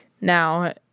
now